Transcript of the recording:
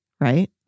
Right